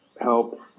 help